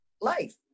life